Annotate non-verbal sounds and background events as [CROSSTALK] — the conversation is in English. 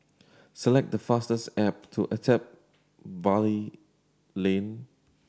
select the fastest [UNINTELLIGIBLE] to Attap Valley Lane